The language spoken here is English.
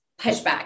pushback